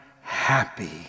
happy